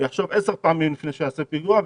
ככה הוא יחשוב עשר פעמים לפני שהוא יעשה פיגוע.